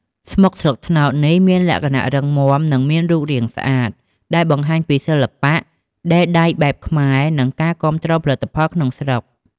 ស្មុកស្លឹកត្នោតនេះមានលក្ខណៈរឹងមាំ និងមានរូបរាងស្អាត ដែលបង្ហាញពីសិល្បៈដេរដៃបែបខ្មែរ និងការគាំទ្រផលិតផលក្នុងស្រុក។